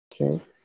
Okay